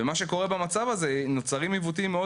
ומה שקורה במצב הזה הוא שנוצרים עיוותים מאוד